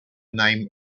name